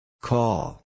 Call